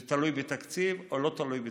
שזה תלוי בתקציב או לא תלוי בתקציב.